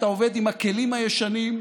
אתה עובד עם הכלים הישנים,